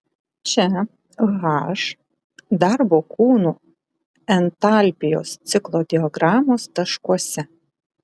čia h darbo kūnų entalpijos ciklo diagramos taškuose